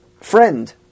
friend